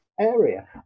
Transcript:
area